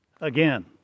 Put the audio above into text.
again